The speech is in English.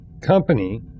company